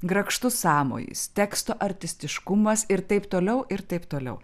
grakštus sąmojis teksto artistiškumas ir taip toliau ir taip toliau